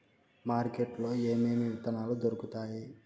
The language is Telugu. మార్కెట్ లో ఏమేమి విత్తనాలు దొరుకుతాయి